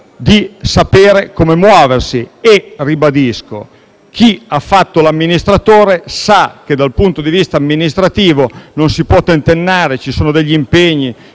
di sapere come muoversi. Lo ribadisco: chi ha fatto l'amministratore sa che, dal punto di vista amministrativo, non si può tentennare, ci sono degli impegni